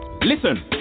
Listen